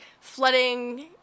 flooding